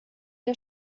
der